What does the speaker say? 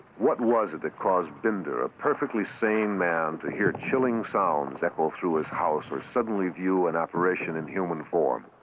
what was it that caused binder, a perfectly sane man, to hear chilling sounds echo through his house or suddenly view an apparition in human form?